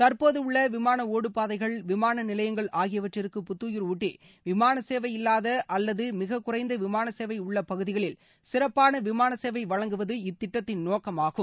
தற்போது உள்ள விமான ஒடுபாதைகள் விமான நிலையங்கள் ஆகியவற்றிற்கு புத்துயிர் ஊட்டி விமான சேவை இல்லாத அல்லது மிகக்குறைந்த விமான சேவை உள்ள பகுதிகளில் சிறப்பான விமான சேவை வழங்குவது இத்திட்டத்தின் நோக்கமாகும்